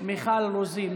מיכל רוזין.